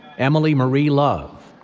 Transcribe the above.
emily marie love,